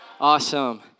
Awesome